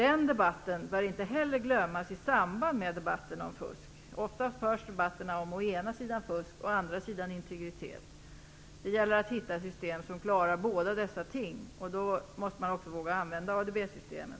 Den debatten bör inte heller glömmas i samband med debatten om fusk. Ofta förs debatterna om å ena sidan fusk och å andra sidan integritet. Det gäller att hitta ett system som klarar båda dessa ting, och då måste man också våga använda ADB-systemen.